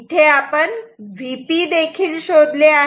इथे आपण Vp देखील शोधले आहे